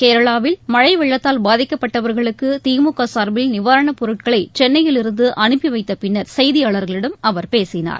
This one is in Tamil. கேரளாவில் மழை வெள்ளத்தால் பாதிக்கப்பட்டவர்களுக்கு திமுக சார்பில் நிவாரணப் பொருட்களை சென்னையில் இருந்து அனுப்பிவைத்த பின்னர் செய்தியாளர்களிடம் அவர் பேசினார்